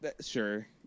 sure